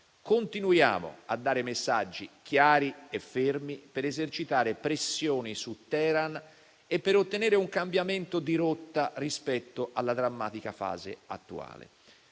Continuiamo a dare messaggi chiari e fermi per esercitare pressioni su Teheran e per ottenere un cambiamento di rotta rispetto alla drammatica fase attuale.